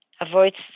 avoids